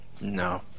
No